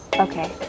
Okay